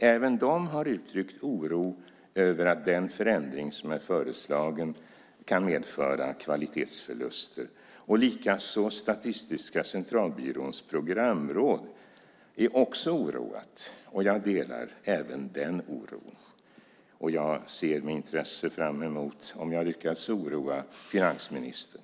Även de har uttryckt oro över att den förändring som är föreslagen kan medföra kvalitetsförluster. Statistiska centralbyråns programråd är också oroat. Jag delar även den oron. Jag ser med intresse fram emot att få höra om jag lyckats oroa finansministern.